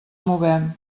movem